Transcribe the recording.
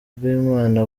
bw’imana